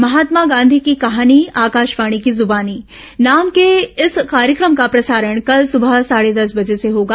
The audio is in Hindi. महात्मा गांधी की कहानी आकाशवाणी की जुबानी नाम के इस कार्यक्रम का प्रसारण कल सबह साढे दस बजे से होगा